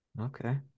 Okay